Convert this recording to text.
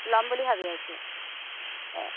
ল'ম বুলি ভাবি আছোঁ এ